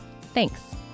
Thanks